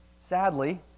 sadly